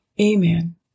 Amen